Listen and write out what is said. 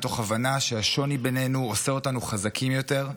מתוך הבנה שהשוני בינינו עושה אותנו חזקים יותר,